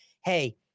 Hey